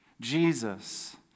Jesus